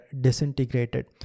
disintegrated